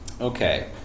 Okay